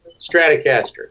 Stratocaster